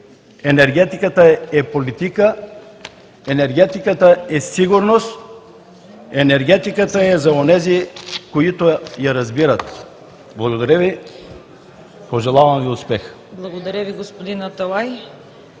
енергетиката е политика, енергетиката е сигурност, енергетиката е за онези, които я разбират. Благодаря Ви. Пожелавам Ви успех!